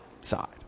side